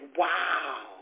wow